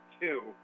two